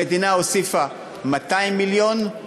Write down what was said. המדינה הוסיפה 200 מיליון,